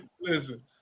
Listen